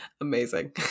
Amazing